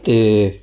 ਅਤੇ